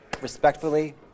Respectfully